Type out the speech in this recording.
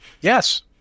Yes